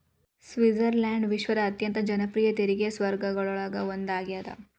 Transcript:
Switzerland ವಿಶ್ವದ ಅತ್ಯಂತ ಜನಪ್ರಿಯ ತೆರಿಗೆ ಸ್ವರ್ಗಗಳೊಳಗ ಒಂದಾಗ್ಯದ